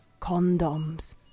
Condoms